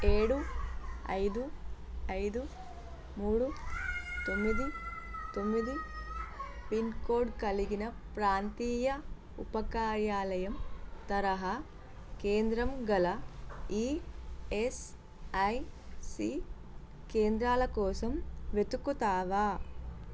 ఏడు ఐదు ఐదు మూడు తొమ్మిది తొమ్మిది పిన్ కోడ్ కలిగిన ప్రాంతీయ ఉపకార్యాలయం తరహా కేంద్రం గల ఈఎస్ఐసీ కేంద్రాల కోసం వెతుకుతావా